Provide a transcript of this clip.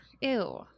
Ew